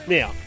Now